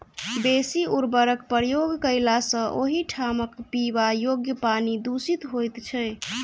बेसी उर्वरकक प्रयोग कयला सॅ ओहि ठामक पीबा योग्य पानि दुषित होइत छै